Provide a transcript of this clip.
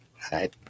Hi